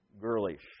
girlish